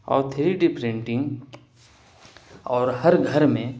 اور three D printing اور ہر گھر میں